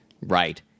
Right